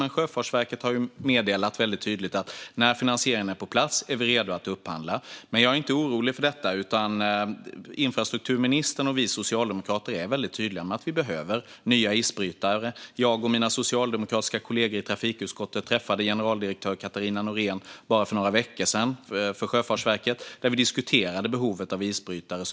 Men Sjöfartsverket har meddelat tydligt att när finansieringen är på plats är de redo att upphandla. Jag är dock inte orolig för detta. Infrastrukturministern och vi socialdemokrater är tydliga med att det behövs nya isbrytare. Jag och mina socialdemokratiska kollegor i trafikutskottet träffade Sjöfartsverkets generaldirektör Katarina Norén för bara några veckor sedan och diskuterade behovet av isbrytare.